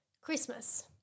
Christmas